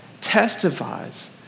testifies